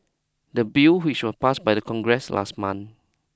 the bill which was passed by Congress last month